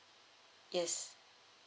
yes